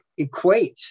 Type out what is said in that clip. equates